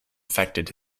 affected